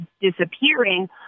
disappearing